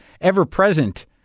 ever-present